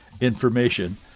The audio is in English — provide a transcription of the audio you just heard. information